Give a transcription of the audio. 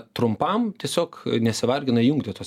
trumpam tiesiog nesivargina įjungti tos